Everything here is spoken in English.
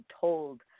told